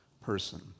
person